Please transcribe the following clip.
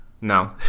No